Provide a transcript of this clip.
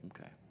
Okay